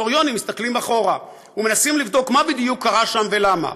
היסטוריונים מסתכלים אחורה ומנסים לבדוק מה בדיוק קרה שם ולמה.